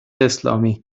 اسلامی